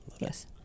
Yes